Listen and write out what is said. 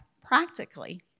practically